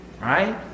Right